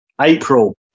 April